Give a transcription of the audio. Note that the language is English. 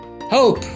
hope